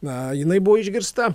na jinai buvo išgirsta